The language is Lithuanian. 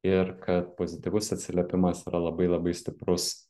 ir kad pozityvus atsiliepimas yra labai labai stiprus